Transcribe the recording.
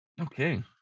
okay